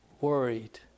worried